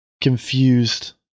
confused